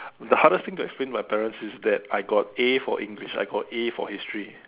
the hardest thing to explain to my parents is that I got A for English I got A for history